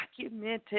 documented